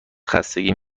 خستگی